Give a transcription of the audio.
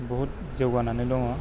बुहुद जौगानानै दङ